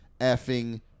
effing